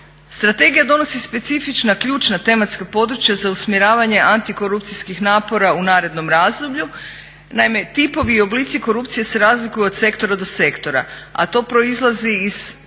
Strategija donosi specifična ključna tematska područja za usmjeravanje antikorupcijskih napora u narednom razdoblju. Naime, tipovi i oblici korupcije se razlikuju od sektora do sektora a to proizlazi iz